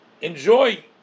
enjoy